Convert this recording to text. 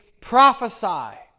prophesy